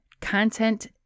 content